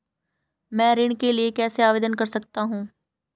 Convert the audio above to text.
मैं ऋण के लिए कैसे आवेदन कर सकता हूं?